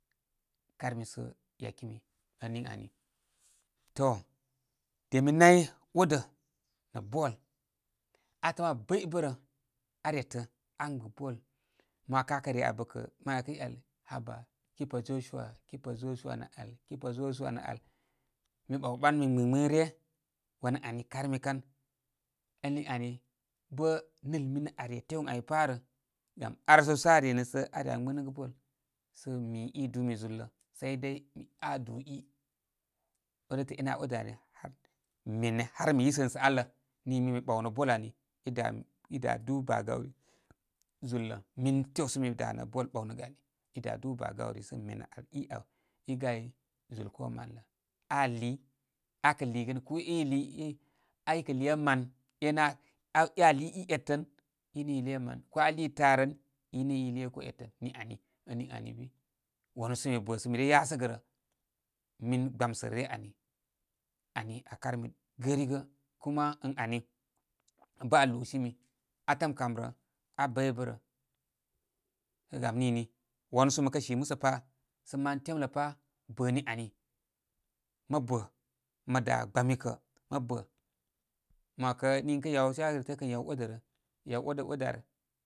Karmi sə yakimi ən niŋ ani. To, de mi nay odə nə' ball, əm abəy bə'rə a retə agbɨ ball. ma 'wakə akə re abə kə' ma ɗakə i yal haba keeper joshua, keeper joshua nə' al keeper joshua nə' al. Mi ɓawɓan mi gbɨgbɨnn ryə. wanən ani krmi kan. Anniŋani bə' nɨl minə are tew ən ai pabar rə, gam ar səw sə aa renə, sə are a gbɨnəgə ball sə mi i dumi zul lə saidai aa dubarubar i odətə' e'nə' aa odə ari, mene har mi yisəsə' alə ni min mi ɓaw nə ball ani i da, i da dubar bagauri zulə. Min tew sə mi danə ball ɓawnəgə ali, i da' dubar bagauri sə meme i abarw i gay zul ko mal lə. Aa liiy, akə liigə nə ko i, i lii i ai i kə lii ye man, e'nə aa e' aa lii i etən i nə i liiye man. ko aa liiy taarən i nə'i lii ye ko etən ani ən ani ən bi wanu sə mi bə' sə mi re yasəgə rə min gbamsə' ryə ani. ani aa karmi gərigə'. kuma ən ani bə' aa lubarubarsimi atəm kam rə abəybə' rə. Sə gam nini, wanu sə mə kə si musə pa sə' man temlə pa bəni ani mə bə'. Mə dabar gbami kə' mə bə'. Mowakə niŋkə yawashe, are tə'ə' kə ən yaw odərə, yaw odə, odə ar.